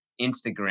Instagram